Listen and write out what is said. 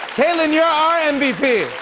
kaitlin, you're our and mvp.